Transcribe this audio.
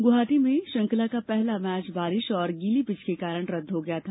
गुवाहाटी में श्रंखला का पहला मैच बारिश और गीली पिच के कारण रद्द हो गया था